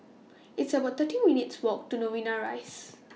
It's about thirty minutes' Walk to Novena Rise